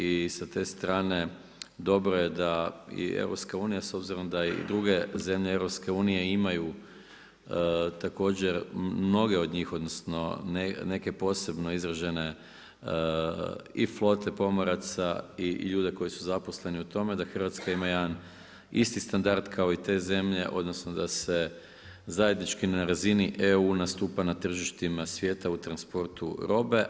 I sa te strane dobro je da i EU s obzirom da i druge zemlje EU imaju također mnoge od njih, odnosno neke od njih posebno izražene i flote pomoraca i ljude koji su zaposleni u tome da Hrvatska ima jedan isti standard kao i te zemlje, odnosno da se zajednički na razini EU nastupa na tržištima svijeta u transportu robe.